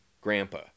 Grandpa